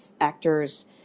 actors